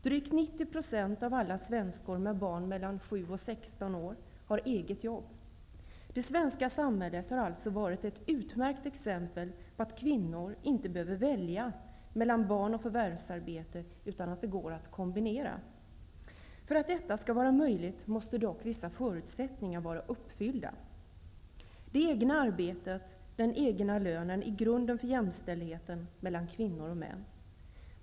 Drygt 90 % av alla svenskor med barn mellan 7 och 16 år har eget jobb. Det svenska samhället har alltså varit ett utmärkt exempel på att kvinnor inte behöver välja mellan barn och förvärvsarbete utan att det går att kombinera. För att detta skall vara möjligt måste dock vissa förutsättningar vara uppfyllda. Det egna arbetet, den egna lönen, är grunden för jämställdheten mellan kvinnor och män.